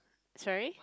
sorry